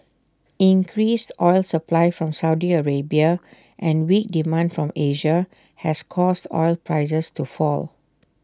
increased oil supply from Saudi Arabia and weak demand from Asia has caused oil prices to fall